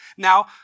Now